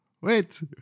wait